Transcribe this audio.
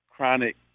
chronic